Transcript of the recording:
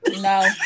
No